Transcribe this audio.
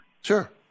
Sure